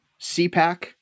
CPAC